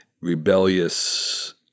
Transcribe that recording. rebellious